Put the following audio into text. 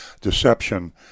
deception